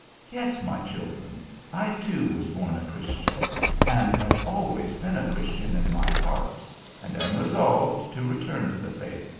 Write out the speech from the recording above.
yes, my children i too was born a christian and have always been a christian in my heart and am resolved to return to the faith.